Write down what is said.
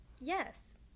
Yes